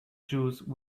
juice